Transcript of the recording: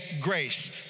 grace